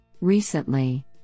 Recently